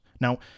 Now